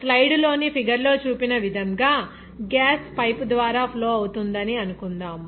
స్లైడ్లోని figure లో చూపిన విధంగా గ్యాస్ పైపు ద్వారా ఫ్లో అవుతుందని అనుకుందాం